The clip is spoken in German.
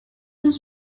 uns